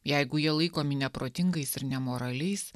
jeigu jie laikomi neprotingais ir nemoraliais